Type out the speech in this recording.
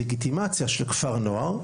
ובלגיטימציה של כפר נוער,